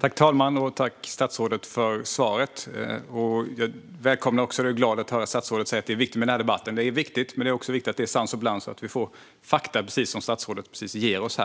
Fru talman! Jag tackar statsrådet för svaret. Jag är glad att höra statsrådet säga att den här debatten är viktig, för det är den. Men det är också viktigt att det är sans och balans och att vi får fakta, exempelvis sådana som statsrådet precis har gett oss.